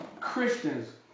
Christians